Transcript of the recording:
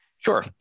Sure